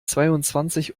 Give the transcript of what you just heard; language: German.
zweiundzwanzig